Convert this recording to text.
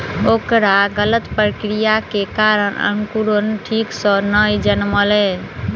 ओकर गलत प्रक्रिया के कारण अंकुरण ठीक सॅ नै जनमलै